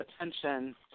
attention